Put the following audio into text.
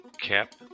Cap